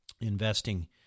investing